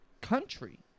country